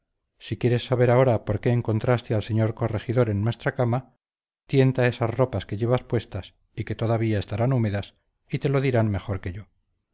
si quieres saber ahora por qué encontraste al señor corregidor en nuestra cama tienta esas ropas que llevas puestas y que todavía estarán húmedas y te lo dirán mejor que yo